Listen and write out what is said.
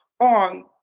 on